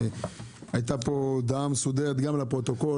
והייתה פה הודעה מסודרת גם לפרוטוקול,